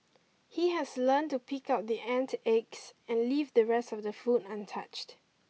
he has learnt to pick out the ant eggs and leave the rest of the food untouched